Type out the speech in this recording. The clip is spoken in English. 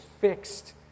fixed